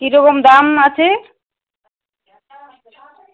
কীরকম দাম আছে